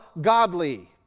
godly